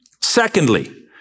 Secondly